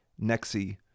Nexi